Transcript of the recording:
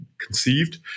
conceived